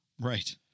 Right